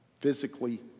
physically